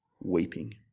weeping